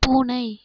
பூனை